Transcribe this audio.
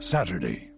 Saturday